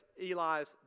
Eli's